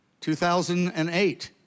2008